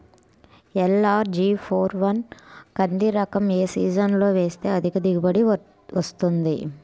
LRG four one కంది రకం ఏ సీజన్లో వేస్తె అధిక దిగుబడి వస్తుంది?